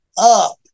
up